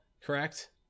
correct